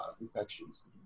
Infections